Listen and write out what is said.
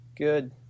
good